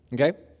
Okay